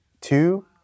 Two